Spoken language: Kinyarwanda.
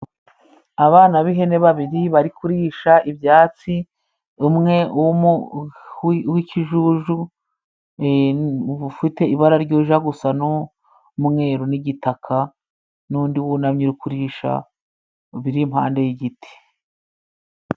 Abana b'ihene babiri bari kurisha ibyatsi, umwe w'umu wi w'ikijuju ufite ibara rija gusa n' umweru n'igitaka n'undi wunamye uri kuririsha, biri impande y'igiti.